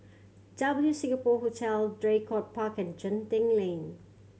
W Singapore Hotel Draycott Park and Genting Lane